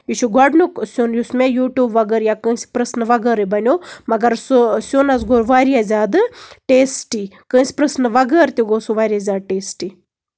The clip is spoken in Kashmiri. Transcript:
یہِ چھُ گۄڈٕنیُک سیُن یُس مےٚ یوٗٹیوٗبَ وغٲر یا کٲنسہِ پرژھنہٕ وغٲرٕے بَنیو مَگر سُہ سیُن حظ گوٚو واریاہ زیادٕ ٹیسٹی کانٛسہِ پرژھنہٕ وغٲر تہِ گوٚو سُہ واریاہ زیادٕ ٹیسٹی